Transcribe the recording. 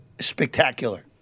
spectacular